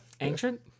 ancient